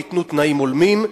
וייתנו תנאים הולמים,